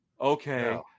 Okay